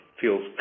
feels